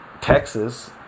Texas